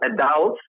adults